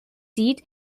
seat